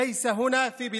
אבל לא כאן בארצנו.